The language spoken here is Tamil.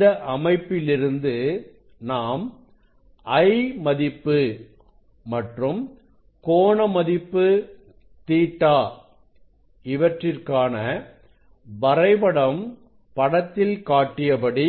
இந்த அமைப்பில் இருந்து நாம் I மதிப்பு மற்றும் கோண மதிப்பு Ɵ இவற்றிற்கான வரைபடம் படத்தில் காட்டியபடி